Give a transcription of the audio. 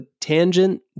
tangent